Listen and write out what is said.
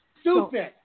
stupid